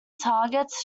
targets